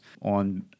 on